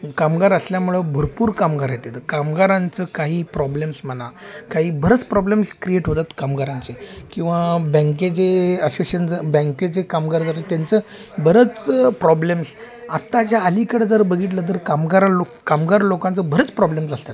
कामगार असल्यामुळं भरपूर कामगार आहेत तिथं तर कामगारांचं काही प्रॉब्लेम्स म्हणा काही बरंच प्रॉब्लेम्स क्रिएट होतात कामगारांचे किंवा बँकेचे अशोशियन जर बँकेचे कामगार जर त्यांचं बरंच प्रॉब्लेम्स आत्ता ज्या अलीकडं जर बघितलं तर कामगार लोक कामगार लोकांचं बरेच प्रॉब्लेम्स असतात